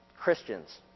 Christians